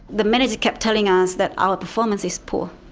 the manager kept telling us that our performance is poor,